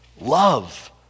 love